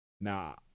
Now